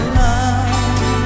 love